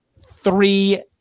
three